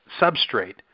substrate